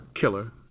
killer